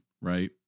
Right